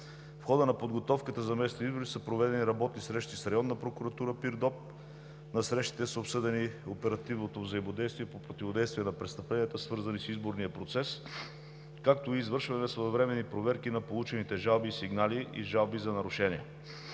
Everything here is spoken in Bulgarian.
В хода на подготовката за местни избори са проведени работни срещи с районна прокуратура Пирдоп. На срещите са обсъдени оперативното взаимодействие по противодействие на престъпленията, свързани с изборния процес, както и извършване на своевременни проверки на получените жалби и сигнали за нарушения.